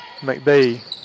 McBee